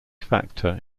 factor